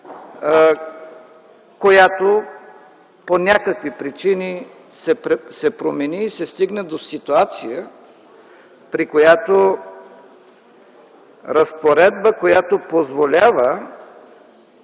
която по някакви причини се промени и се стигна до ситуация, при която, разпоредба, която позволява